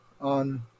on